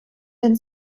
denn